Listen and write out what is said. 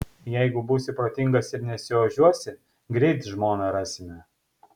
jeigu būsi protingas ir nesiožiuosi greit žmoną rasime